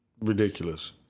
ridiculous